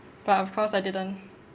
but of course I didn't